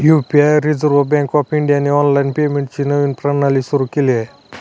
UPI reserve bank of इंडियाने online पेमेंटची नवीन प्रणाली सुरू केली आहे